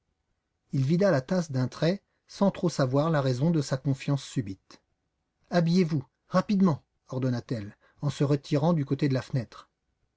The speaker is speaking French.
il vida la tasse d'un trait sans trop savoir la raison de sa confiance subite habillez-vous rapidement ordonna t elle en se retirant du côté de la fenêtre